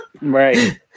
Right